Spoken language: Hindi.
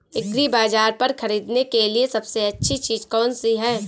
एग्रीबाज़ार पर खरीदने के लिए सबसे अच्छी चीज़ कौनसी है?